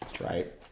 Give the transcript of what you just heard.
right